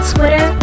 Twitter